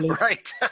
Right